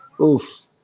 Oof